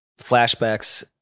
flashbacks